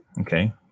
Okay